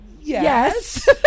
Yes